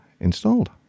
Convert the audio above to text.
installed